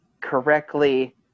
correctly